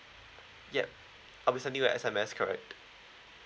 yup I will send you a S_M_S correct